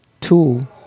Tool